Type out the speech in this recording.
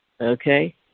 okay